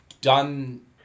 done